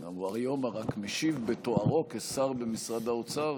היום הוא משיב בתוארו כשר במשרד האוצר,